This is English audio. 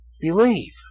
Believe